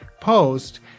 post